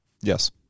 Yes